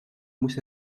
moest